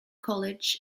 college